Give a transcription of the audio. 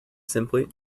simply